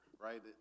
right